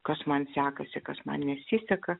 kas man sekasi kas man nesiseka